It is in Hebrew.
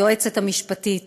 היועצת המשפטית,